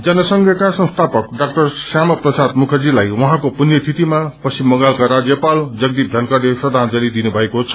जनसक्का संस्थापक डा श्यामा प्रसाद मुखर्जीलाई उहाँको पुण्यतिथिमा पश्चिम बंगालका राज्यपाल जगदीप धनखड़ते श्रद्धांजलि दिनु भएको छ